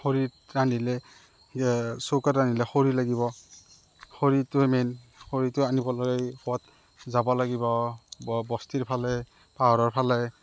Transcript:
খৰিত ৰান্ধিলে এ চৌকাত ৰান্ধিলে খৰি লাগিব খৰিটোৱেই মেইন খৰিটো আনিবলৈ সোৱাদ যাব লাগিব ব বস্তিৰ ফালে পাহাৰৰ ফালে